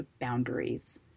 boundaries